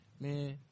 man